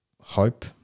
hope